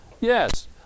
Yes